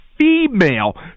female